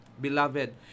Beloved